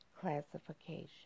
classification